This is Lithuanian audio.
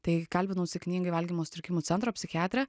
tai kalbinau sėkmingai valgymo sutrikimų centro psichiatrę